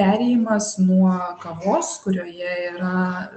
perėjimas nuo kavos kurioje yra